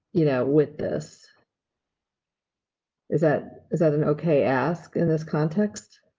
you know, with this is that is that an, ok, ask in this context?